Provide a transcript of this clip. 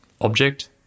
object